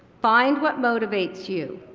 find what motivates you,